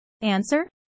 Answer